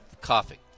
coughing